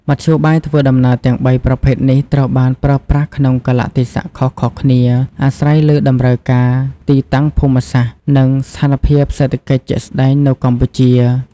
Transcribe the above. មធ្យោបាយធ្វើដំណើរទាំងបីប្រភេទនេះត្រូវបានប្រើប្រាស់ក្នុងកាលៈទេសៈខុសៗគ្នា អាស្រ័យលើតម្រូវការ ទីតាំងភូមិសាស្ត្រ និងស្ថានភាពសេដ្ឋកិច្ចជាក់ស្ដែងនៅកម្ពុជា ។